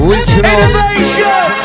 Innovation